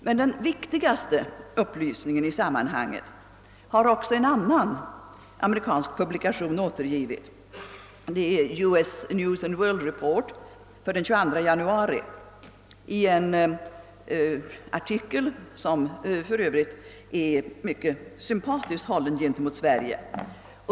Men den viktigaste upplysningen i sammanhanget har en annan amerikansk publikation lämnat — US News & World Report — i en artikel den 22 januari, som för övrigt är mycket sympatiskt hållen gentemot Sverige.